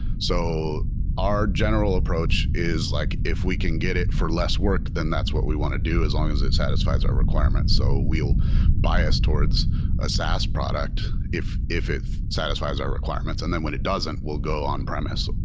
so our general approach is like if we can get it for less work, then that's what we want to do as long as it satisfies our requirements. so we'll bias towards a saas product if if it satisfies our requirements. and then when it doesn't, we'll go on-premise.